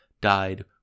died